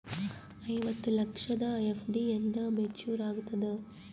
ಐವತ್ತು ಲಕ್ಷದ ಎಫ್.ಡಿ ಎಂದ ಮೇಚುರ್ ಆಗತದ?